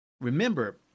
Remember